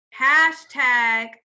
hashtag